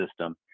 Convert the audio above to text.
system